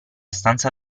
stanza